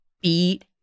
beat